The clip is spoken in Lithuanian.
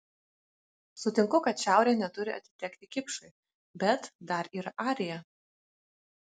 sutinku kad šiaurė neturi atitekti kipšui bet dar yra arija